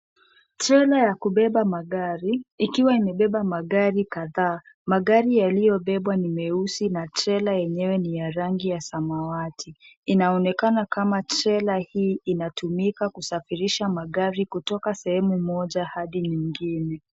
Trela ya kubeba magari ikiwa imebeba magari kadhaa. Magari yaliyobebwa ni meusi na trela yenyewe ni ya rangi ya samawati . Inaonekana kama trela hii inatumika kusafirisha magari kutoka sehemu moja hadi nyingine.